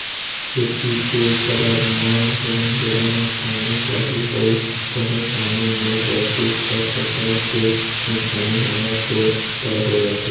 खेती के करब म जउन बेरा म पानी चाही अऊ कहूँ पानी नई बरसिस त फसल के नुकसानी होना तो तय हो जाथे